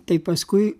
tai paskui